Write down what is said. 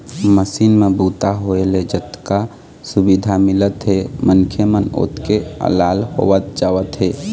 machine म बूता होए ले जतका सुबिधा मिलत हे मनखे मन ओतके अलाल होवत जावत हे